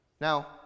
Now